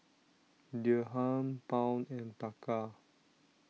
Dirham Pound and Taka